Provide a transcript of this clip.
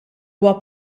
huwa